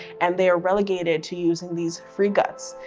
and they are relegated to using these free guts,